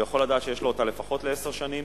הוא יכול לדעת שיש לו אותה לפחות לעשר שנים,